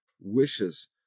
wishes